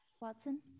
Watson